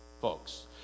folks